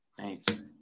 thanks